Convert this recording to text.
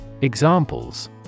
Examples